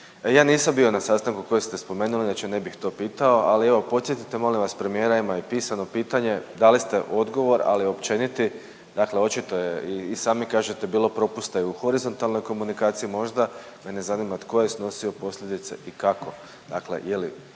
Ja nisam bio na sastanku koji ste spomenuli inače ne bih to pitao, ali evo podsjetite molim vas premijera, ima i pisano pitanje, dali ste odgovor ali općeniti, dakle očito je i sami kažete bilo propusta i u horizontalnoj komunikaciji možda, mene zanima tko je snosio posljedice i kako. Dakle, je li